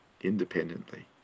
independently